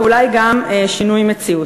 ואולי גם שינוי מציאות.